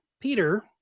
peter